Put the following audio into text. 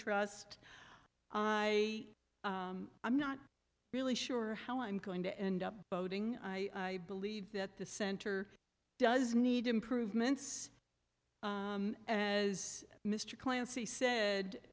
trust i i'm not really sure how i'm going to end up voting i believe that the center does need improvements as mr clancy said